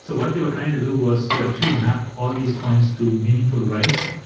so what they were trying to do was to actually map all these points to meaningful rides